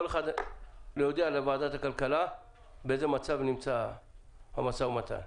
להודיע לוועדת הכלכלה באיזה מצב נמצא המשא ומתן.